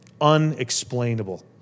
Unexplainable